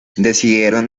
decidieron